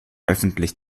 öffentlich